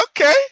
okay